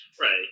Right